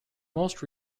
most